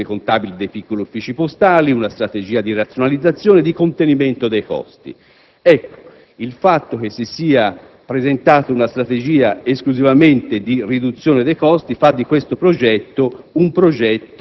delle gestioni contabili dei piccoli uffici postali, una strategia di razionalizzazione e di contenimento dei costi. Il fatto che si sia adottata una strategia esclusivamente di riduzione dei costi fa di questo progetto